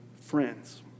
friends